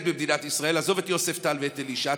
במדינת ישראל עזוב את יוספטל ואת אלישע,